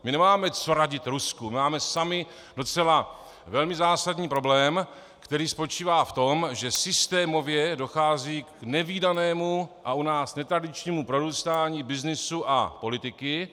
My nemáme co radit Rusku, my máme sami docela velmi zásadní problém, který spočívá v tom, že systémově dochází k nevídanému a u nás netradičnímu prorůstání byznysu a politiky.